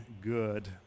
good